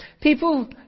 people